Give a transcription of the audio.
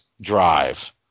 drive